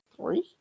three